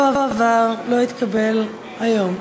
פטור לתרופות) לא עברה, לא התקבלה היום.